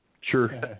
Sure